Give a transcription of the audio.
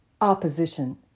Opposition